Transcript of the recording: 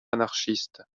anarchistes